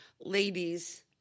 ladies